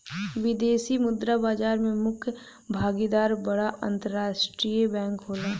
विदेशी मुद्रा बाजार में मुख्य भागीदार बड़ा अंतरराष्ट्रीय बैंक होला